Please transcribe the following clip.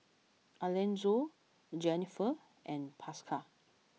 Alanzo Jenniffer and Pascal